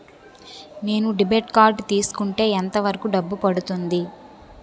నేను debit card తీసుకుంటే ఎంత వరకు డబ్బు పడుతుంది?